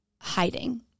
hiding